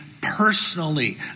personally